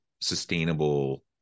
sustainable